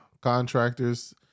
contractors